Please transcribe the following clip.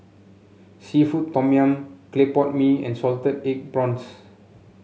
seafood Tom Yum Clay Pot Mee and Salted Egg Prawns